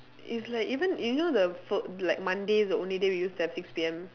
it's like even if you know the fol~ like monday is the only day we used to have like six P_M